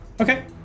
okay